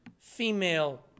female